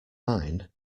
mine